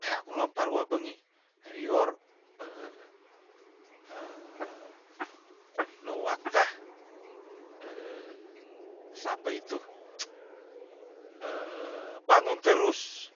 Tea kuma parua bengi rior nuwak ta sapa itu bangun terus